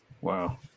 Wow